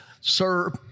sir